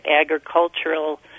agricultural